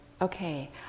okay